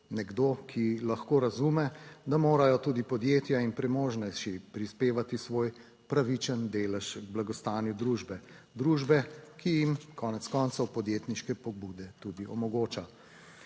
nekdo, ki lahko razume, da morajo tudi podjetja in premožnejši prispevati svoj pravičen delež k blagostanju družbe, družbe, ki jim konec koncev podjetniške pobude tudi omogoča.